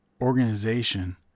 organization